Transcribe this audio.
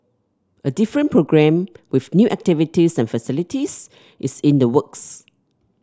a different programme with new activities and facilities is in the works